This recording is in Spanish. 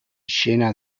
llena